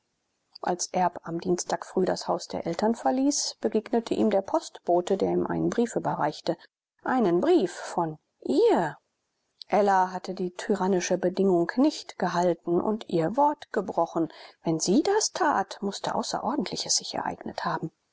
als erb am dienstag früh das haus der eltern verließ begegnete ihm der postbote der ihm einen brief überreichte einen brief von ihr ella hatte die tyrannische bedingung nicht gehalten und ihr wort gebrochen wenn sie das tat mußte außerordentliches sich ereignet haben